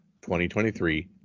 2023